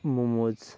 momos